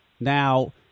Now